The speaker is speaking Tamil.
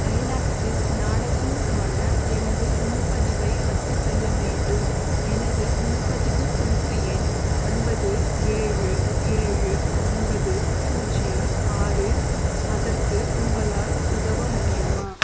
ஐநாக்ஸ்ஸில் நாடகம்க்கான எனது முன்பதிவை ரத்துசெய்ய வேண்டும் எனது முன்பதிவு குறிப்பு எண் ஒன்பது ஏழு ஏழு ஒன்பது பூஜ்ஜியம் ஆறு அதற்கு உங்களால் உதவ முடியுமா